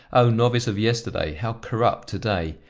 o novice of yesterday, how corrupt to-day!